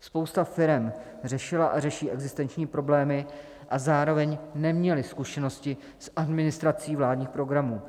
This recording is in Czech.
Spousta firem řešila a řeší existenční problémy a zároveň neměly zkušenosti s administrací vládních programů.